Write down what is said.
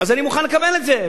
אז אני מוכן לקבל את זה,